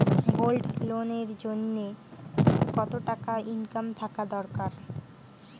Gold loan এর জইন্যে কতো টাকা ইনকাম থাকা দরকার?